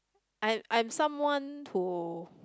I'm I'm someone who